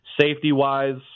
safety-wise